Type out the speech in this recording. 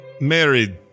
married